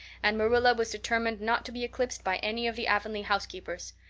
and marilla was determined not to be eclipsed by any of the avonlea housekeepers.